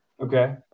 Okay